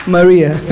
Maria